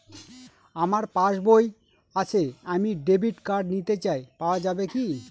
আমার পাসবই আছে আমি ডেবিট কার্ড নিতে চাই পাওয়া যাবে কি?